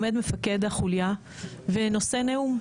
עומד מפקד החוליה ונושא נאום.